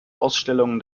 ausstellungen